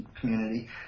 community